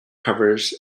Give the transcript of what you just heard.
covers